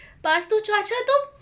pas tu cuaca tu